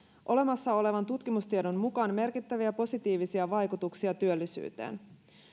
olemassa olevan tutkimustiedon mukaan merkittäviä positiivisia vaikutuksia työllisyyteen